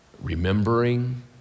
remembering